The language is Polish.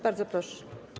Bardzo proszę.